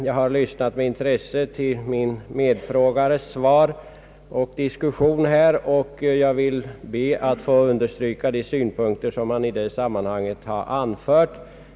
Jag har lyssnat med intresse till det svar statsrådet givit min medfrågare och till diskussionen mellan honom och jordbruksministern, och jag vill understryka de synpunkter som herr Olsson har anfört.